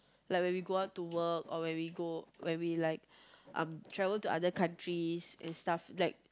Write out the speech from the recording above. like when we go out to work or when we go like we like um travel to other countries and stuff like